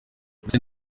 mbese